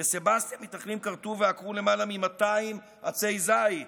בסבסטיה מתנחלים כרתו ועקרו למעלה מ-200 עצי זית,